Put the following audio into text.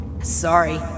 Sorry